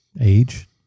age